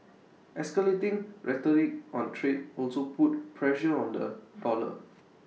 escalating rhetoric on trade also put pressure on the dollar